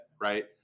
Right